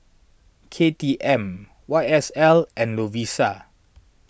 K T M Y S L and Lovisa